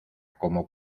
como